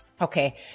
Okay